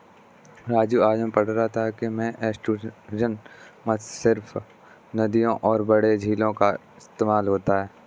राजू मैं आज पढ़ रहा था कि में एस्टुअरीन मत्स्य सिर्फ नदियों और बड़े झीलों का इस्तेमाल होता है